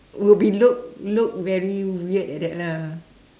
would be look look very weird like that lah